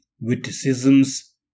witticisms